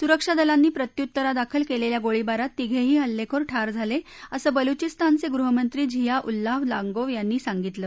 सुरक्षा दलांनी प्रत्युत्तरादाखल केलेल्या गोळीबारात तिघेही हल्लेखोर ठार झाले असं बलुचीस्तानचे गृहमंत्री झिया उल्लाह लांगोव यांनी सांगितलं